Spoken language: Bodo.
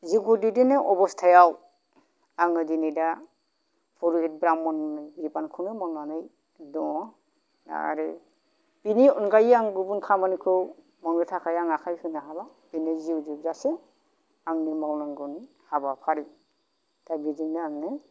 जिउखौ दैदेननाय अबस्थायाव आङो दिनै दा पुरहित ब्रामननि बिबानखौनो मावनानै दङ आरो बिनि अनगायै आं गुबुन खामानिखौ मावनो थाखाय आं आखाय होनो हाला दिनै जिउ जोबजासिम आंनि मावनांगौनि हाबाफारि दा बिजोंनो आङो